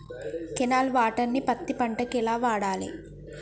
Canal water ను పత్తి పంట కి ఎలా వాడాలి?